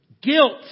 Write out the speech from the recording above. guilt